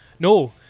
No